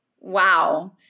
Wow